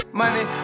money